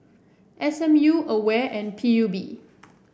S M U Aware and P U B